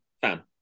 Fan